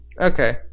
Okay